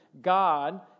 God